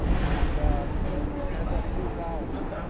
and as of two thousand,